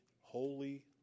holy